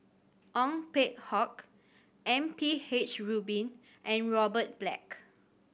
Ong Peng Hock M P H Rubin and Robert Black